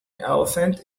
elephant